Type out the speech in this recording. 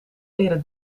leren